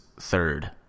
third